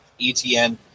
ETN